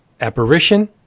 apparition